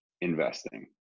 investing